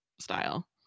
style